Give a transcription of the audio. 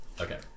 okay